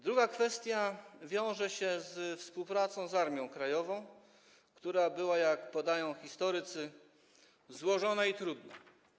Druga kwestia wiąże się ze współpracą z Armią Krajową, która była, jak podają historycy, złożona i trudna.